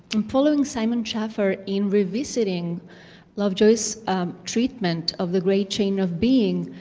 i'm following simon schaffer in revisiting lovejoy's treatment of the great chain of being,